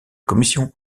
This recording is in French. commission